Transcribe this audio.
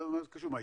מה זה קשור?